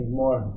more